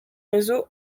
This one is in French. réseau